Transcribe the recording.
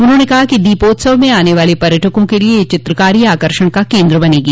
उन्होंने कहा कि दीपोत्सव में आने वाले पर्यटकों के लिए यह चित्रकारी आकर्षण का केन्द्र बनेगी